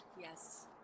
yes